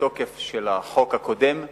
התוקף של החוק הקודם,